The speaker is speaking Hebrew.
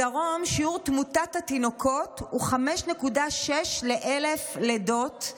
בדרום שיעור תמותת התינוקות הוא 5.6 ל-1,000 לידות,